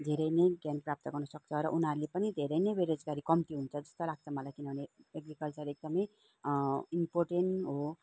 धेरै नै ज्ञान प्राप्त गर्नु सक्छ र उनीहरूले पनि धेरै नै बेरोजगारी कम्ती हुन्छ जस्तो लाग्छ मलाई किनभने एग्रिकल्चर एकदमै इम्पोर्टेन्ट हो